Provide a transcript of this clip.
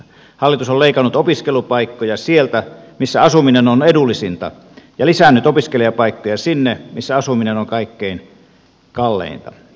hallitus on leikannut opiskelupaikkoja sieltä missä asuminen on edullisinta ja lisännyt opiskelijapaikkoja sinne missä asuminen on kaikkein kalleinta